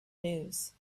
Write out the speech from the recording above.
news